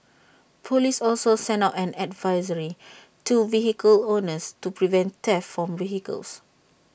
Police also sent out an advisory to vehicle owners to prevent theft from vehicles